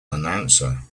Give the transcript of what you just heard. announcer